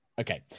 Okay